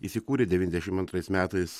įsikūrė devyniasdešim antrais metais